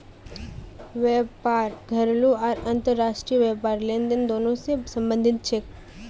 व्यापार घरेलू आर अंतर्राष्ट्रीय व्यापार लेनदेन दोनों स संबंधित छेक